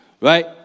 right